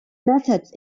methods